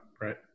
right